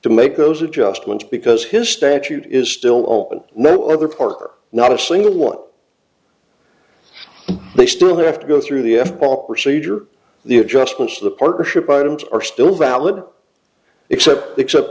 to make those adjustments because his statute is still open mettler porker not a single one they still have to go through the f bomb procedure the adjustments the partnership items are still valid except except